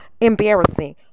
embarrassing